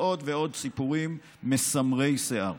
ועוד ועוד סיפורים מסמרי שיער.